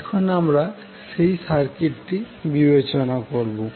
এখন আমরা সেই সার্কিটটি বিবেচনা করবো